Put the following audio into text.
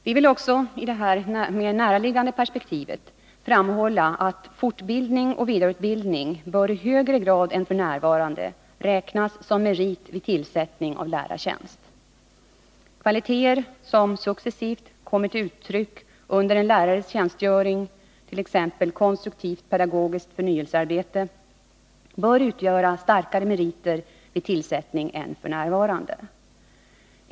Vi vill också i det här mer närliggande perspektivet framhålla att fortbildning och vidareutbildning i högre grad än f. n. bör räknas som merit vid tillsättning av lärartjänst. Kvaliteter som successivt kommer till uttryck under en lärares tjänstgöring, t.ex. konstruktivt pedagogiskt förnyelsearbete, bör utgöra starkare meriter vid lärartillsättning än f. n.